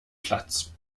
platz